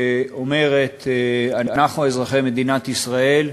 שאומרת: אנחנו, אזרחי מדינת ישראל,